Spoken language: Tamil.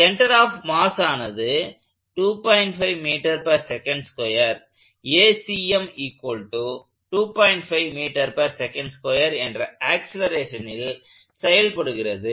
சென்டர் ஆப் மாஸ் ஆனது என்ற ஆக்சலேரேஷனில் செயல்படுகிறது